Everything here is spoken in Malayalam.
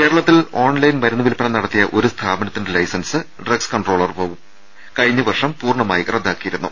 കേരളത്തിൽ ഓൺലൈൻ മരുന്നു വില്പന നടത്തിയ ഒരു സ്ഥാപനത്തിന്റെ ലൈസൻസ് ഡ്രഗ്സ് കൺട്രോൾ വകുപ്പ് കഴിഞ്ഞ വർഷം പൂർണ്ണമായി റദ്ദാക്കിയിരുന്നു